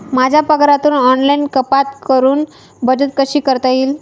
माझ्या पगारातून ऑनलाइन कपात करुन बचत कशी करता येईल?